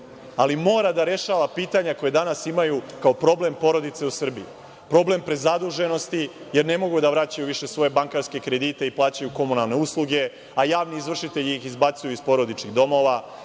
ali mora da rešava pitanja koja danas imaju kao problem porodice u Srbiji, problem prezaduženost, jer ne mogu da vraćaju više svoje bankarske kredite i plaćaju komunalne usluge, a javni izvršitelji ih izbacuju iz porodičnih domova,